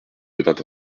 devint